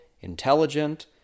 intelligent